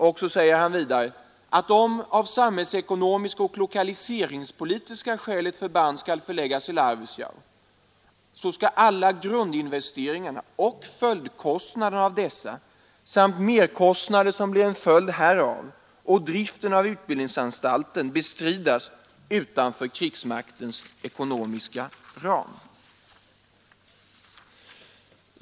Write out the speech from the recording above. Vidare säger överbefälhavaren ”att om av samhällsekonomiska och lokaliseringspolitiska skäl ett förband skall förläggas till Arvidsjaur alla grundinvesteringarna och följdkostnaderna av dessa samt merkostnaden som blir en följd härav och driften av utbildningsanstalten skall bestridas utanför krigsmaktens ekonomiska ram”.